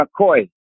McCoy